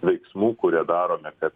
veiksmų kurie daromi kad